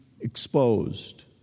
exposed